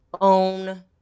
own